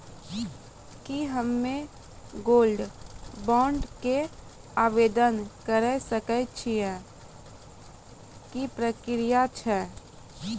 की हम्मय gold bond के आवदेन करे सकय छियै, की प्रक्रिया छै?